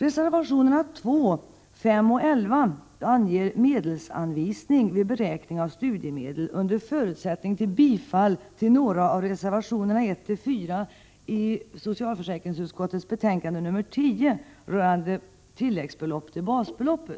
Reservationerna 2, 5 och 11 gäller medelsanvisning vid beräkning av studiemedel, under förutsättning av bifall till några av reservationerna 1-4 i socialförsäkringsutskottets betänkande 10 rörande tilläggsbelopp till basbelopp.